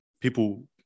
people